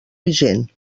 vigent